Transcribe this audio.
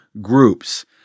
groups